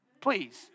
please